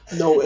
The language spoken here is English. no